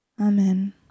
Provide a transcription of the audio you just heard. Amen